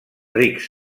rics